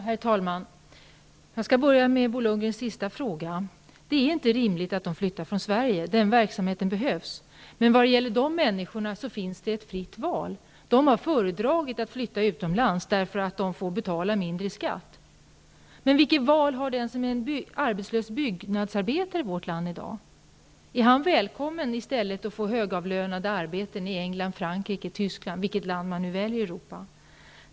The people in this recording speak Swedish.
Herr talman! Jag skall börja med Bo Lundgrens sista fråga. Det är inte rimligt att de flyttar från Sverige, deras verksamhet behövs. Men vad gäller dessa människor har de ett fritt val. De har föredragit att flytta utomlands därför att de där behöver betala mindre i skatt. Men vilket val har en arbetslös byggnadsarbetare i vårt land i dag? Är han välkommen och får han högavlönade arbeten i England, Frankrike, Tyskland eller vilket land man nu än väljer i Europa?